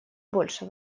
больше